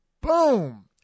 Boom